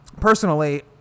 Personally